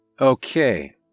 Okay